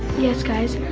yes guys,